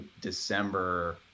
December